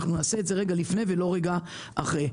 אנחנו נעשה את זה רגע לפני ולא רגע אחרי.